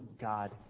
God